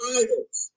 idols